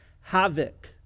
havoc